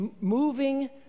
moving